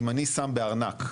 אם אני שם בארנק,